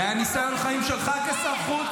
מניסיון החיים שלך כשר חוץ?